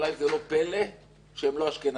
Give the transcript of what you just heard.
אולי זה לא פלא שהם לא אשכנזים